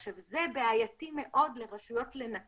עכשיו, זה בעייתי מאוד לרשויות לנטר.